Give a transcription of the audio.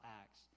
acts